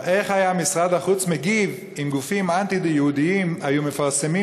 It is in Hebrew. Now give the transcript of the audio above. איך היה משרד החוץ מגיב אם גופים אנטי-יהודיים היו מפרסמים